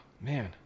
Man